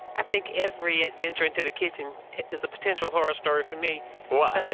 i think every adventure into the kitchen is a potential horror story for me why?